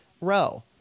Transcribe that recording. row